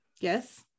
Yes